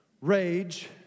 rage